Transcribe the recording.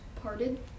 Parted